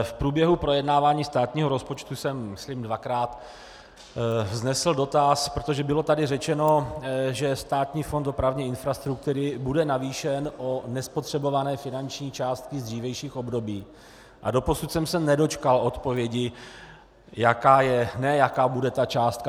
V průběhu projednávání státního rozpočtu jsem myslím dvakrát vznesl dotaz, protože tady bylo řečeno, že Státní fond dopravní infrastruktury bude navýšen o nespotřebované finanční částky z dřívějších období, a doposud jsem se nedočkal odpovědi, jaká bude ta částka.